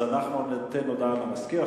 ניתן רשות להודעה למזכיר,